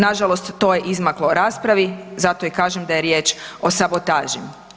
Nažalost to je izmaklo raspravi zato i kažem da je riječ o sabotaži.